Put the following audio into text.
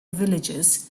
villagers